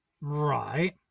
Right